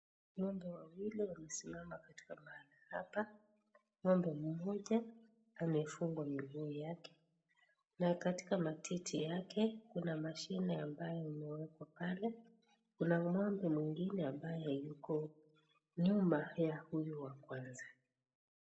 Ngombe wawili wamesimama katika mahala hapa. Ngombe mmoja amefungwa miguu yake na katika matiti yake kuna mashine imewekwa pale. Kuna ngombe mwingine ambaye yuko nyuma ya huyu wa kwanza.